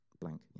blank